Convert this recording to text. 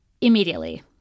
immediately